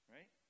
Right